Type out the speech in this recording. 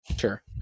Sure